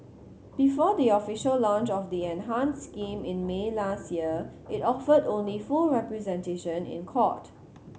before the official launch of the enhanced scheme in May last year it offered only full representation in court